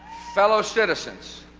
fellow-citizens.